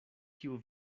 kiu